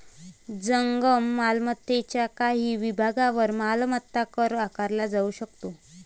जंगम मालमत्तेच्या काही विभागांवर मालमत्ता कर आकारला जाऊ शकतो